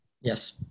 yes